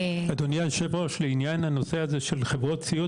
אדוני היו"ר, שמי איתן בנימין,